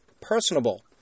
personable